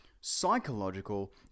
psychological